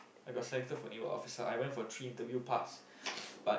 I got selected for naval officer I went for three interview pass but